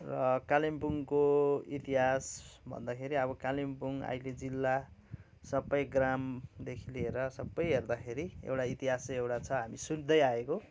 र कालिम्पोङको इतिहास भन्दाखेरि अब कालिम्पोङ अहिले जिल्ला सबै ग्रामदेखि लिएर सबै हेर्दाखेरि एउटा इतिहास चाहिँ एउटा छ हामी सुन्दै आएको